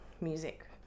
music